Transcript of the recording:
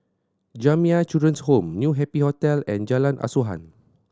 Jamiyah Children's Home New Happy Hotel and Jalan Asuhan